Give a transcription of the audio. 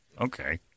Okay